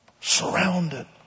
Surrounded